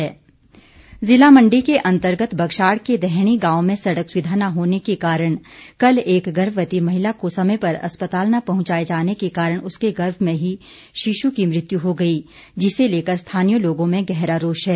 सडक मांग जिला मंडी के अंतर्गत बगशाड़ के धैहणी गांव में सड़क सुविधा न होने के कारण कल एक गर्भवती महिला को समय पर अस्पताल न पहुंचाए जाने के कारण उसके गर्भ में ही शिशु की मृत्यु हो गई जिसे लेकर स्थानीय लोगों में गहरा रोष है